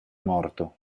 morto